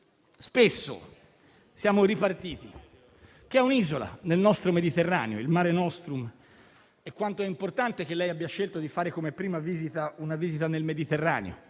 spesso siamo ripartiti, che è un'isola nel nostro Mediterraneo, il Mare Nostrum. Quanto è importante che lei abbia scelto di fare come prima visita una visita nel Mediterraneo,